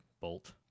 bolt